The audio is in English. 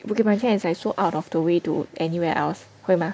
Bukit-Panjang it's like so out of the way to anywhere else 会吗